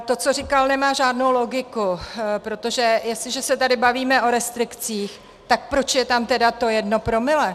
To, co říkal, nemá žádnou logiku, protože jestliže se tady bavíme o restrikcích, tak proč je tam tedy to jedno promile?